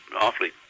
awfully